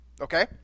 okay